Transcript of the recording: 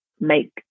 make